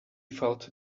felt